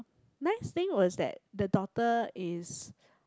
nice thing was that the daughter is